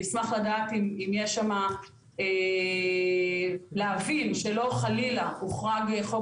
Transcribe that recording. אז אני אשמח לדעת אם יש שם להבין שלא חלילה הוחרג חוק